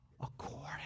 according